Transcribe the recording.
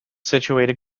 situated